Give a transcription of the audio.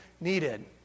needed